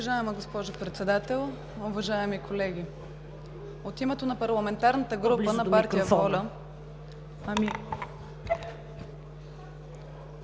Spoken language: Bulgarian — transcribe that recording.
Благодаря,